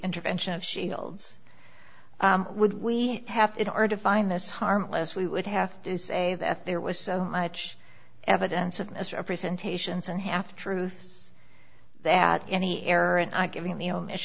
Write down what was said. intervention of shields would we have to in order to find this harmless we would have to say that there was so much evidence of misrepresentations and half truths that any error and i giving the omis